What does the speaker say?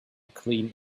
clean